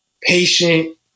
patient